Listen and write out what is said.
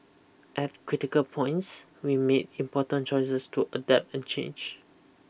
at critical points we made important choices to adapt and change